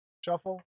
Shuffle